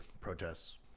protests